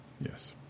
Yes